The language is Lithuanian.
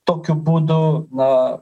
tokiu būdu na